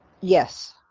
Yes